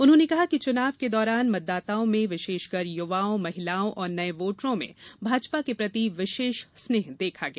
उन्होंने कहा कि चुनाव के दौरान मतदाताओं में विशेषकर युवाओ महिलाओं और नये वोटरों में भाजपा के प्रति विशेष स्नेह देखा गया